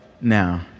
now